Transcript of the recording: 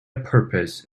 purpose